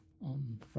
on